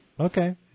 Okay